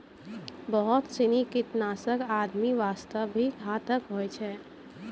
बहुत सीनी कीटनाशक आदमी वास्तॅ भी घातक होय छै